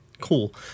Cool